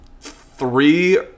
three